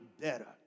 better